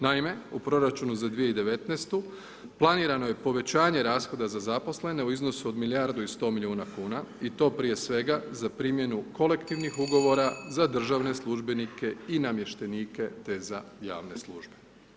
Naime, u proračunu za 2019. planirano je povećanje rashoda za zaposlene u iznosu od milijardu i 100 milijuna kuna i to prije svega za primjenu kolektivnih ugovora za državne službenike i namještenike te za javne službe.